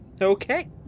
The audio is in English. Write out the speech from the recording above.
Okay